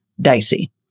dicey